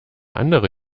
andere